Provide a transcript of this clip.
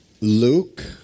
Luke